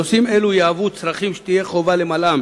נושאים אלו יהוו צרכים שתהיה חובה למלאם